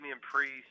Priest